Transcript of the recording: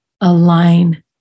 align